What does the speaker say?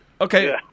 Okay